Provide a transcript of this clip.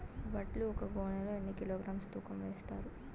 వడ్లు ఒక గోనె లో ఎన్ని కిలోగ్రామ్స్ తూకం వేస్తారు?